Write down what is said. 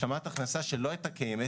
השלמת הכנסת שלא הייתה קיימת